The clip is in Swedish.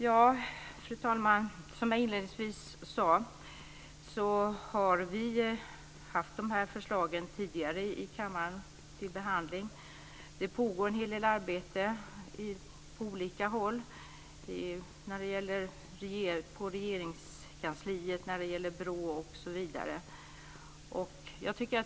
Fru talman! Som jag inledningsvis sade har vi haft förslagen till behandling tidigare i kammaren. Det pågår en hel del arbete på olika håll, t.ex. Regeringskansliet och BRÅ.